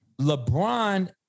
LeBron